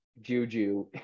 juju